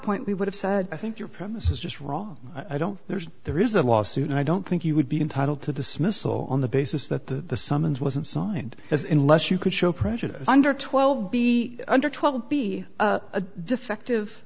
point we would have said i think your premise is just wrong i don't there's a there is a lawsuit and i don't think you would be entitled to dismissal on the basis that the summons wasn't signed as in less you could show prejudice under twelve b under twelve be a defective